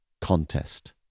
contest